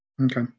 Okay